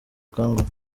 akanguhe